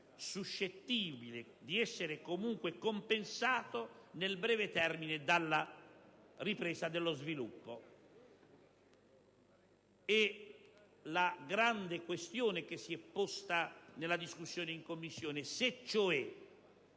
La grande questione che si è posta nella discussione in Commissione è cioè